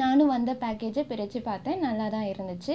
நானும் வந்த பேக்கஜ்ஜ பிரிச்சு பாத்தேன் நல்லாதான் இருந்துச்சு